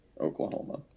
Oklahoma